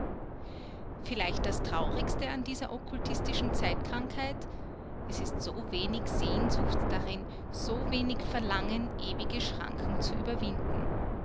vielleicht das traurigste an dieser okkultistischen zeitkrankheit es ist so wenig sehnsucht darin so wenig verlangen ewige schranken zu überwinden